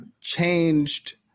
changed